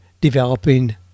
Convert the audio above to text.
developing